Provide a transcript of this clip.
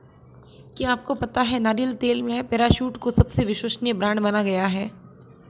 क्या आपको पता है नारियल तेल में पैराशूट को सबसे विश्वसनीय ब्रांड माना गया है?